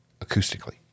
acoustically